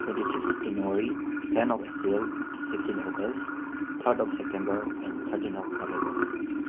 twenty six January ten of April fifteen August third of September and thirteen of November